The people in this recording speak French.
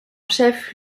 chef